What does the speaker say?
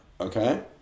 okay